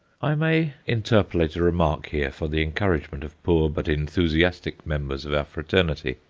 i may interpolate a remark here for the encouragement of poor but enthusiastic members of our fraternity.